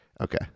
Okay